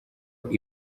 uko